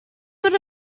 good